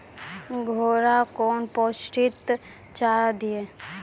घोड़ा कौन पोस्टिक चारा दिए?